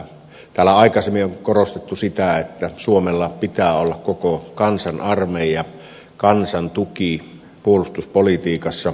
täällä aikaisemmin on korostettu sitä että suomella pitää olla koko kansan armeija kansan tuki puolustuspolitiikassa